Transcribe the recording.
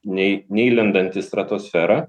neį neįlendant į stratosferą